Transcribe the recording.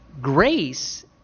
Grace